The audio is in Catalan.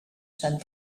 sant